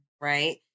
right